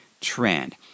trend